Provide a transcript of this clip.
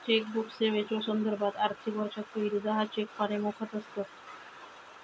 chequebook सेवेच्यो संदर्भात, आर्थिक वर्षात पहिली दहा चेक पाने मोफत आसतत